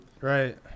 right